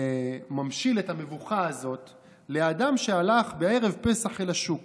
וממשיל את המבוכה הזאת לאדם שהלך בערב פסח אל השוק